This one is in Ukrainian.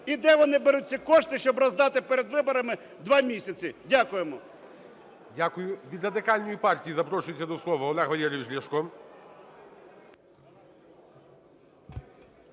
і де вони беруть ці кошти, щоби роздати перед виборами 2 місяці. Дякуємо.